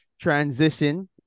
transition